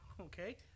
Okay